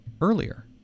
earlier